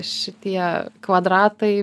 šitie kvadratai